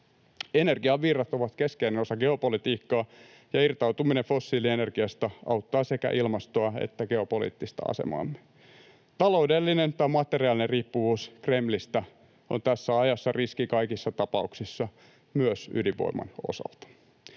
Energiavirrat ovat keskeinen osa geopolitiikkaa, ja irtautuminen fossiilienergiasta auttaa sekä ilmastoa että geopoliittista asemaamme. Taloudellinen tai materiaalinen riippuvuus Kremlistä on tässä ajassa riski kaikissa tapauksissa, myös ydinvoiman osalta.